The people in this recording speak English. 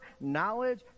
knowledge